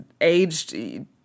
aged